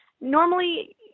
Normally